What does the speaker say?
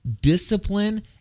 Discipline